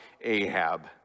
Ahab